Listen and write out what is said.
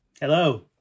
Hello